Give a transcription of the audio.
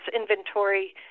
inventory